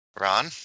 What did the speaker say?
Ron